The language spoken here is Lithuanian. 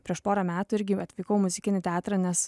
prieš pora metų irgi atvykau į muzikinį teatrą nes